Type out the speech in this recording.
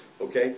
Okay